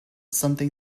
something